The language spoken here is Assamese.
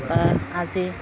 বা আজি